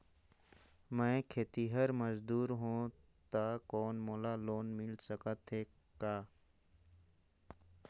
मैं खेतिहर मजदूर हों ता कौन मोला लोन मिल सकत हे का?